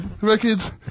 records